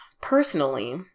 Personally